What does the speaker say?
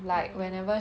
mmhmm